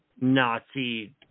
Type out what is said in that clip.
Nazi